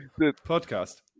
podcast